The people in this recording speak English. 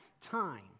time